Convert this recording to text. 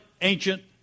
ancient